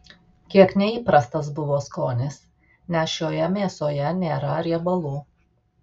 kiek neįprastas buvo skonis nes šioje mėsoje nėra riebalų